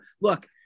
look